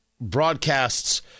broadcasts